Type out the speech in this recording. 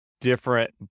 different